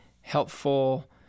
helpful